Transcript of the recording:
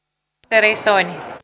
arvoisa